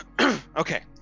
okay